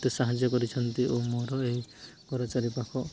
ମୋତେ ସାହାଯ୍ୟ କରିଛନ୍ତି ଓ ମୋର ଏହି ଘର ଚାରିପାଖ